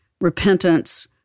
repentance